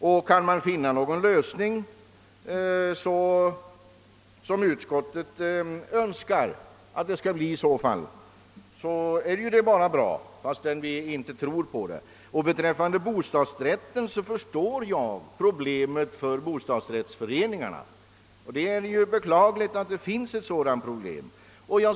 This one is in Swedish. Och om det går att finna en lösning i stil med vad utskottet önskar, så är det bara bra, men vi tror inte på det. Vad sedan bostadsrätten beträffar förstår jag bostadsrättsföreningarnas problem därvidlag, och det är beklagligt att det finns sådana problem.